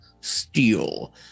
Steel